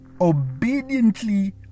obediently